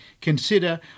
consider